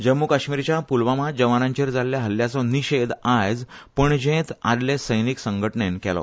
जम्मू काश्मीरच्या पुलवामांत जवानांचेर जाल्ल्या हल्ल्याचो निशेध आयज पणजेंत आदले सैनीक संघटणेन केलो